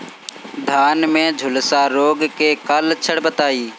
धान में झुलसा रोग क लक्षण बताई?